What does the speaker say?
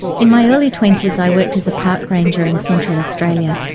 in my early twenties i worked as a park ranger in central australia.